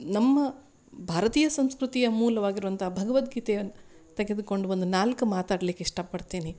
ನಮ್ಮ ಭಾರತೀಯ ಸಂಸ್ಕೃತಿಯ ಮೂಲವಾಗಿರುವಂಥ ಭಗವದ್ಗೀತೆಯ ತೆಗೆದುಕೊಂಡು ಒಂದು ನಾಲ್ಕು ಮಾತಾಡ್ಲಿಕ್ಕೆ ಇಷ್ಟ ಪಡ್ತೀನಿ